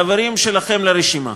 חברים שלכם לרשימה,